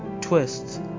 twists